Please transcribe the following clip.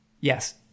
Yes